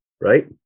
right